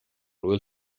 bhfuil